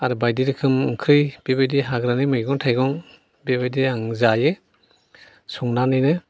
आर बायदि रोखोम ओंख्रै बेबायदि हाग्रानि मैगं थाइगं बेबादि आं जायो संनानैनो